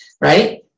right